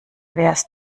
wärst